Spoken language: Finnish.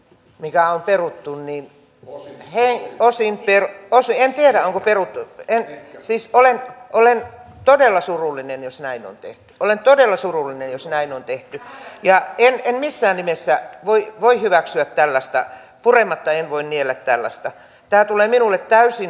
mikä on peruttu niin vuosina he osin kirkkoisien tiellä on peruttu tai siis ole olen todella surullinen jos näin olen todella surullinen jos näin on tehty ja en missään nimessä voi voi hyväksyä tällaista purematta en voi niellä tällaista pää tulee minulle täysin